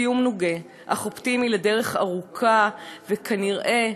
סיום נוגה אך אופטימי לדרך ארוכה, וכנראה,